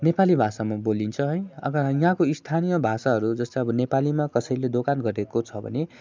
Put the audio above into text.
नेपाली भाषामा बोलिन्छ है अगर यहाँको स्थानीय भाषाहरू जस्तो अब नेपालीमा कसैले दोकान गरेको छ भने